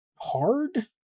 Hard